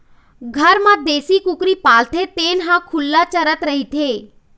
घर म देशी कुकरी पालथे तेन ह खुल्ला चरत रहिथे